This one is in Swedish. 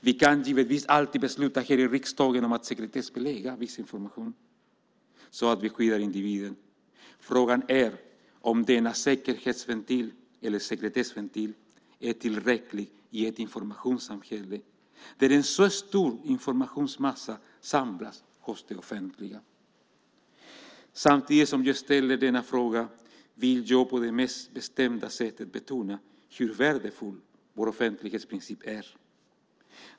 Vi kan givetvis alltid i riksdagen besluta om att sekretessbelägga viss information så att vi skyddar individen. Men är denna sekretessventil tillräcklig i ett informationssamhälle där en så stor informationsmassa samlas hos det offentliga? Samtidigt som jag ställer den frågan vill jag på det mest bestämda sätt betona hur värdefull vår offentlighetsprincip är.